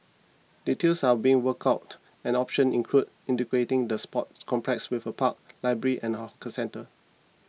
details are being worked out and options include integrating the sports complex with a park library and hawker centre